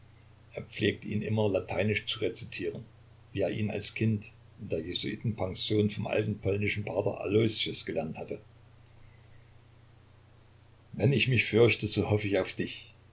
er pflegte ihn immer lateinisch zu rezitieren wie er ihn als kind in der jesuitenpension vom alten polnischen pater aloisius gelernt hatte wenn ich mich fürchte so hoffe ich auf dich